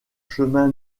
chemin